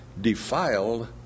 defiled